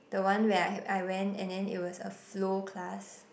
the one where I I went and then it was a slow class